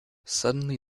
suddenly